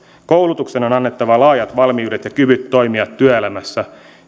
koulutuksen on annettava laajat valmiudet ja kyvyt toimia työelämässä